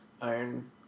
iron